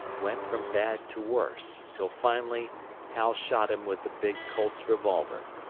went from bad to worse, till finally hal shot him with the big colt's revolver.